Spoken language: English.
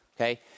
okay